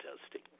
testing